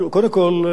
תראו, קודם כול,